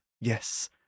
Yes